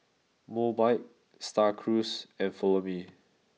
Mobike Star Cruise and Follow Me